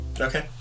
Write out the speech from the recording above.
Okay